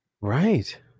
Right